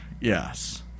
Yes